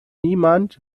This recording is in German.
niemand